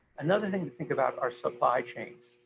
another thing to think about are supply chains.